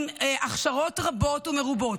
עם הכשרות רבות ומרובות,